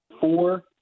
four